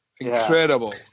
incredible